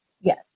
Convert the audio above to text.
Yes